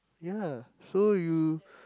ya so you